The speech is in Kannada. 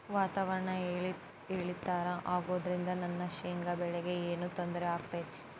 ವಾತಾವರಣ ಏರಿಳಿತ ಅಗೋದ್ರಿಂದ ನನ್ನ ಶೇಂಗಾ ಬೆಳೆಗೆ ಏನರ ತೊಂದ್ರೆ ಆಗ್ತೈತಾ?